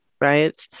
right